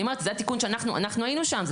אנחנו היינו שם.